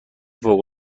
فوق